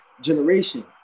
generation